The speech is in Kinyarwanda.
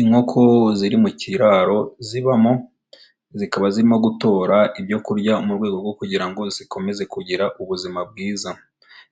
Inkoko ziri mu kiraro zibamo, zikaba zirimo gutora ibyo kurya mu rwego rwo kugira ngo zikomeze kugira ubuzima bwiza.